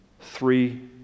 three